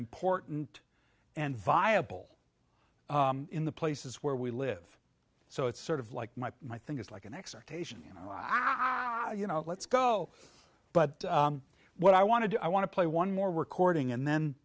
important and viable in the places where we live so it's sort of like my my thing is like an expert patient and i you know let's go but what i want to do i want to play one more recording and then